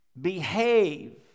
behave